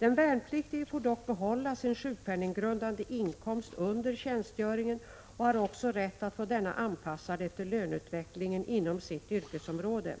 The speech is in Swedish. Den värnpliktige får dock behålla sin sjukpenninggrundande inkomst under tjänstgöringen och har också rätt att få denna anpassad efter löneutvecklingen inom sitt yrkesområde.